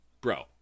bro